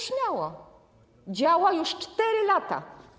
Śmiało, działa już 4 lata.